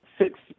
six